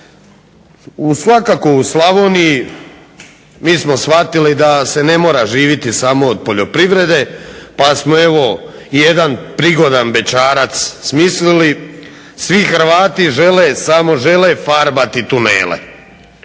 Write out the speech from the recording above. Svakako u Slavoniji mi smo shvatili da se ne mora živiti samo od poljoprivrede, pa smo evo jedan prigodan bećarac smislili. Svi Hrvati žele, samo žele farbati tunele.